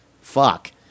Fuck